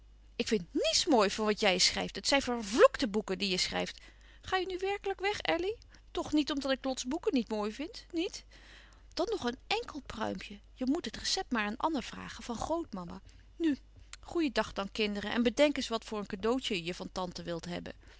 ik vind niets mooi van wat jij schrijft het zijn vervloèkte boeken die je schrijft ga je nu wèrkelijk weg elly toch niet omdat ik lots boeken niet mooi vind niet dan nog een enkel pruimpje je moet het recept maar aan anna vragen van grootmama nu goeien dag dan kinderen en bedenk eens wat voor een cadeautje je van tante wil hebben